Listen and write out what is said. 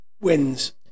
wins